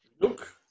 Look